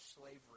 slavery